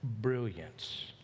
brilliance